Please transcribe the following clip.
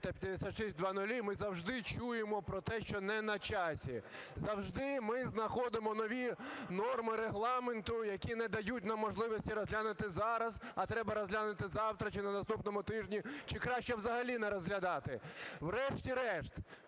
та 5600, ми завжди чуємо про те, що не на часі. Завжди ми знаходимо нові норми Регламенту, які не дають нам можливості розглянути зараз, а треба розглянути завтра чи на наступному тижні, чи краще взагалі не розглядати. Врешті-решт